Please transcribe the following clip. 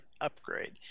upgrade